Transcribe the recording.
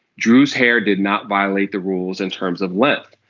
drew's hair did not violate the rules in terms of length.